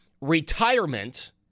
retirement